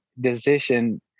decision